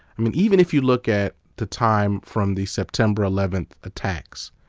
i mean even if you look at the time from the september eleven attacks,